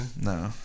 No